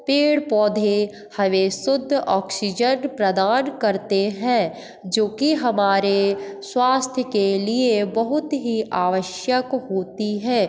पेड़ पौधे हमें शुद्ध आक्सीजन प्रदान करते हैं जो कि हमारे स्वास्थ्य के लिए बहुत ही आवश्यक होती है